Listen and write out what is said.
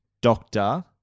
doctor